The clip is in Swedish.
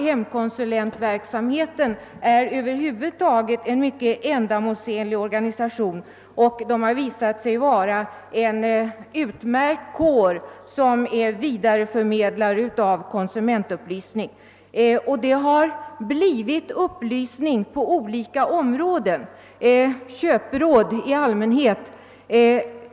Hemkonsulentverksamheten är över huvud taget mycket ändamålsenlig, och den har visat sig vara utmärkt som vidareförmedlare av konsumentupplysning. Det har blivit upplysning på olika områden. Köpråd i allmänhet är en uppgift.